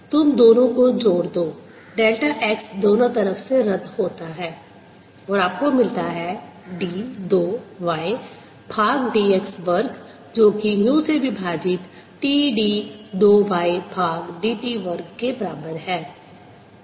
तुम दोनों को जोड़ दो डेल्टा x दोनों तरफ से रद्द होता है और आपको मिलता है d 2 y भाग d x वर्ग जो कि म्यू से विभाजित T d 2 y भाग dt वर्ग के बराबर है